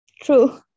True